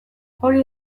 hori